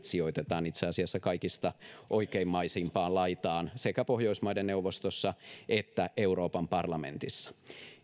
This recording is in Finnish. sijoitetaan itse asiassa kaikista oikeimmaisimpaan laitaan sekä pohjoismaiden neuvostossa että euroopan parlamentissa